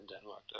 Denmark